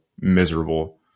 miserable